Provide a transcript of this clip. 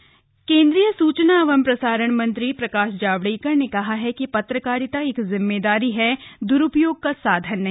प्रकाश जावडेकर केंद्रीय सूचना एवं प्रसारण मंत्री प्रकाश जावडेकर ने कहा है कि पत्रकारिता एक जिम्मेदारी है द्रुपयोग का साधन नहीं